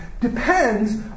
depends